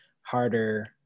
harder